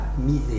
misé